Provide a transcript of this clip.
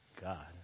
God